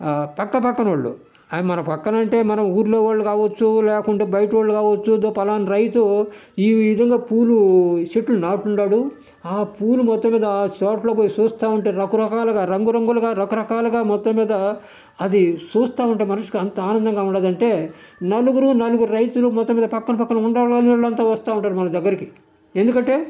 పక్కపక్కనోళ్ళు ఆ మన పక్కనంటే మన ఊర్లో వాళ్ళు కావొచ్చు లేకపోతే బయటోళ్ళు కావొచ్చు ఇద్దో పలానా రైతు ఈ విధంగా పూలు చెట్లు నాటుండాడు ఆ పూలు మొత్తం మీద తోట్లో పోయి చూస్తా ఉంటే రకరకాలుగా రంగురంగులుగా రకరకాలుగా మొత్తం మీద అది చూస్తా ఉంటే మనసుకి ఎంత ఆనందంగా ఉన్నదంటే నలుగురు నలుగురు రైతులు మొత్తం మీద పక్కన పక్కన ఉండేవాళ్లంతా వస్తా ఉంటారు మన దగ్గరికి ఎందుకంటే